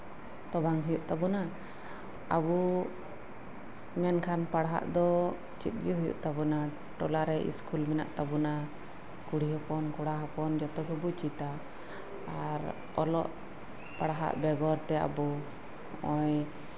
ᱛᱚ ᱵᱟᱝ ᱦᱩᱭᱩᱜ ᱛᱟᱵᱳᱱᱟ ᱟᱵᱚ ᱢᱮᱱᱠᱷᱟᱱ ᱯᱟᱲᱦᱟᱜ ᱫᱚ ᱪᱮᱫ ᱜᱮ ᱦᱩᱭᱩᱜ ᱛᱟᱵᱳᱱᱟ ᱴᱚᱞᱟᱨᱮ ᱤᱥᱠᱩᱞ ᱢᱮᱱᱟᱜ ᱛᱟᱵᱳᱱᱟ ᱠᱩᱲᱤ ᱦᱚᱯᱚᱱ ᱠᱚᱲᱟ ᱦᱚᱯᱚᱱ ᱡᱚᱛᱚ ᱜᱮᱠᱚ ᱪᱮᱫᱟ ᱟᱨ ᱚᱞᱚᱜ ᱯᱟᱲᱦᱟᱜ ᱵᱮᱜᱚᱨᱛᱮ ᱟᱵᱚ ᱱᱚᱜ ᱚᱭ